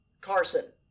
Carson